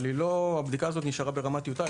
אבל הבדיקה הזאת נשארה ברמת טיוטה,